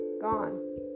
gone